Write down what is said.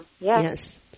Yes